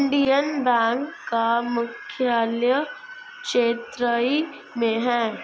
Indian bank का मुख्यालय चेन्नई में है